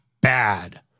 bad